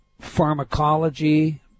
pharmacology